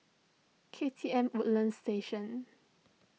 K T M Woodlands Station